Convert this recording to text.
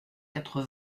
quatre